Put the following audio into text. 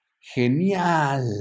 Genial